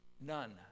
None